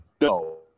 No